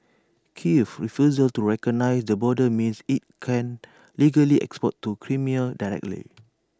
Kiev's refusal to recognise the border means IT can't legally export to Crimea directly